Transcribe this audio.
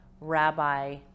rabbi